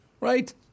Right